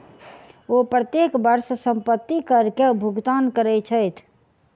ओ प्रत्येक वर्ष संपत्ति कर के भुगतान करै छथि